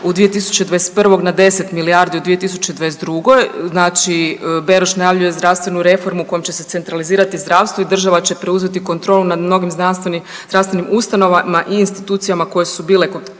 u 2021. na 10 milijardi u 2022., znači Beroš najavljuje zdravstvenu reformu kojom će se centralizirati zdravstvo i država će preuzeti kontrolu nad mnogim zdravstvenim ustanovama i institucijama koje su bile pod kontrolom